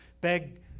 beg